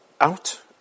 Out